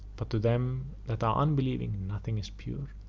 but to them that are unbelieving nothing is pure,